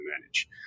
manage